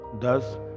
Thus